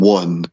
one